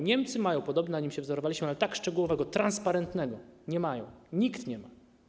Niemcy mają podobny, na nim się wzorowaliśmy, ale tak szczegółowego, transparentnego nie mają, nikt nie ma.